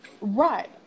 Right